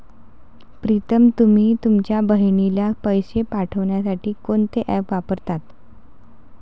प्रीतम तुम्ही तुमच्या बहिणीला पैसे पाठवण्यासाठी कोणते ऍप वापरता?